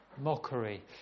mockery